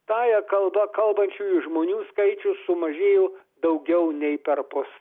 tąja kalba kalbančiųjų žmonių skaičius sumažėjo daugiau nei perpus